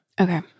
okay